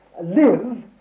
live